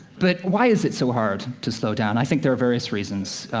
but why is it so hard to slow down? i think there are various reasons.